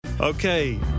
Okay